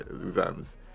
exams